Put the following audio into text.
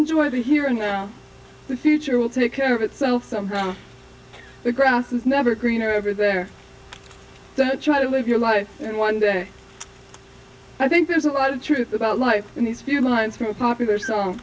enjoy the here and now the future will take care of itself somehow the grass is never greener over there trying to live your life and one day i think there's a lot of truth about life in these few lines from a popular so